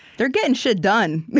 they're getting shit done.